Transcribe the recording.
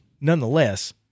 nonetheless